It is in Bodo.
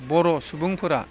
बर' सुबुंफोरा